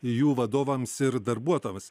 jų vadovams ir darbuotojams